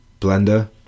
blender